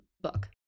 book